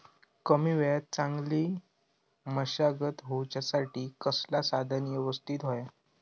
कमी वेळात चांगली मशागत होऊच्यासाठी कसला साधन यवस्तित होया?